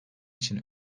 için